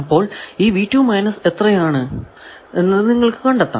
അപ്പോൾ ഈ എത്രയാണെന്ന് നിങ്ങൾക്കു കണ്ടെത്താം